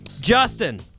Justin